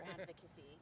Advocacy